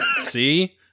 See